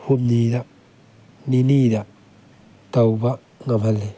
ꯍꯨꯝꯅꯤꯗ ꯅꯤꯅꯤꯗ ꯇꯧꯕ ꯉꯝꯍꯜꯂꯤ